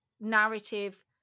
narrative